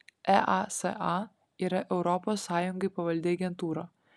easa yra europos sąjungai pavaldi agentūra